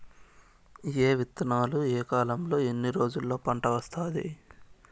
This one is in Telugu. ఏ విత్తనాలు ఏ కాలంలో ఎన్ని రోజుల్లో పంట వస్తాది?